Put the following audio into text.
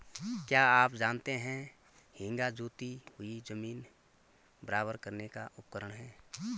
क्या आप जानते है हेंगा जोती हुई ज़मीन बराबर करने का उपकरण है?